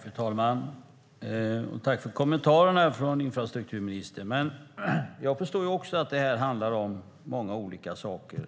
Fru talman! Tack för kommentarerna, infrastrukturministern! Jag förstår också att det här handlar om många olika saker.